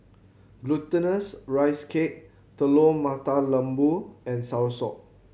Glutinous Rice Cake Telur Mata Lembu and Soursop